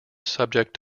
subject